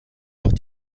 noch